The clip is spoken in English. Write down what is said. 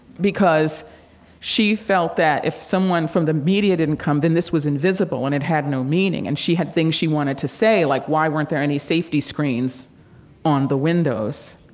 because she felt that if someone from the media didn't come, then this was invisible and it had no meaning and she had things she wanted to say, like why weren't there any safety screens on the windows,